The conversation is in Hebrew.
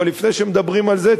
אבל לפני שמדברים על זה,